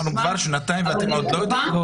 אנחנו בזה כבר שנתיים ועוד לא יודעים?